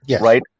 right